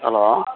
hello